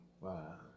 Wow